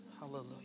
hallelujah